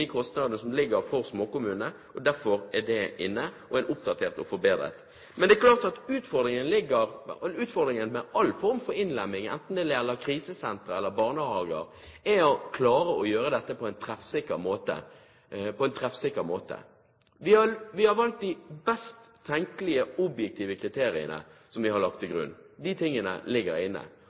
kostnadene for småkommunene. Derfor er det inne, er oppdatert og forbedret. Men det er klart at utfordringen med all form for innlemming, enten det gjelder krisesentre eller barnehager, er å klare å gjøre dette på en treffsikker måte. Vi har valgt å legge til grunn de best tenkelige objektive kriteriene. Det ligger inne. Da har vi sett at det har gitt en del utslag. Derfor har vi også gjennomført endringer når det gjelder utjevningsgraden – de politiske grepene som ligger